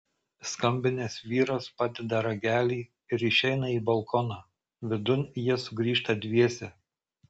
skambinęs vyras padeda ragelį ir išeina į balkoną vidun jie sugrįžta dviese